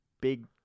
big